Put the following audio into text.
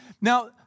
Now